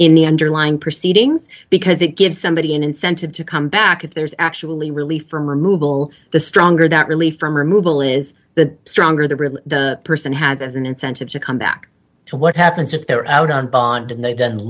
the underlying proceedings because it gives somebody an incentive to come back if there's actually relief from removal the stronger that relief from removal is the stronger the really the person has as an incentive to come back to what happens if they're out on bond and they